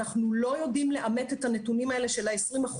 אנחנו לא יודעים לאמת את הנתונים האלה של ה-20%,